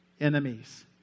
enemies